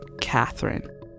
Catherine